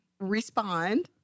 respond